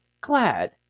glad